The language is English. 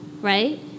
right